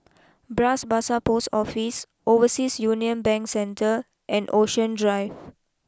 Bras Basah post Office Overseas Union Bank Centre and Ocean Drive